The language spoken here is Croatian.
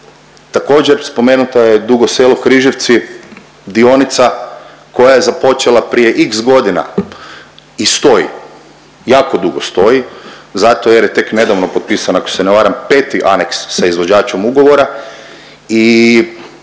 Također spomenuta je Dugo Selo-Križevci dionica koja je započela prije x godina i stoji, jako dugo stoji zato jer je tek nedavno potpisan ako se ne varam peti aneks sa izvođačem ugovora i